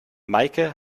meike